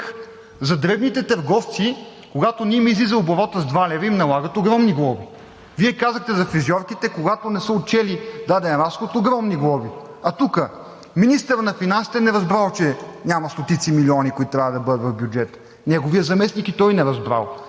за дребните търговци, когато не им излиза оборотът с два лева, им налагат огромни глоби? Вие казахте за фризьорките, когато не са отчели даден разход – огромни глоби, а тук министърът на финансите – не разбрал, че няма стотици милиони, които трябва да бъдат в бюджета, неговият заместник – и той не разбрал,